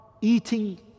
Eating